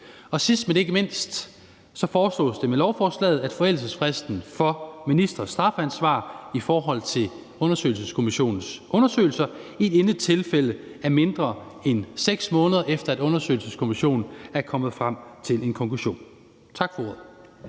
sidst, men ikke mindst foreslås det med lovforslaget, at forældelsesfristen for ministres strafansvar i forhold til undersøgelseskommissionens undersøgelser i intet tilfælde er mindre end 6 måneder, efter at undersøgelseskommissionen er kommet frem til en konklusion. Tak for ordet.